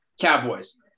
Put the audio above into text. Cowboys